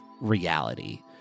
reality